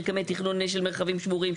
מרקמי תכנון של מרחבים שמורים,